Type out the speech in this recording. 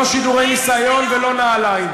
לא שידורי ניסיון ולא נעליים.